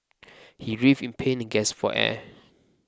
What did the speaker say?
he writhed in pain and gasped for air